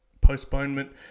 postponement